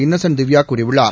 Innocent Divya கூறியுள்ளார்